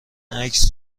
عکس